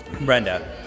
Brenda